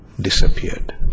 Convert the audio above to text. disappeared